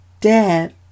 Dad